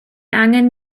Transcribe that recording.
angen